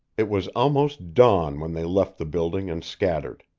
it was almost dawn when they left the building and scattered.